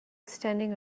standing